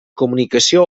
comunicació